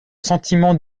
sentiment